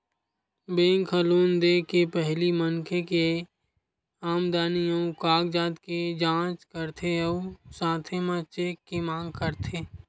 bank ह loan दे के पहिली मनखे के आमदनी अउ कागजात के जाँच करथे अउ साथे म चेक के मांग करथे